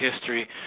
history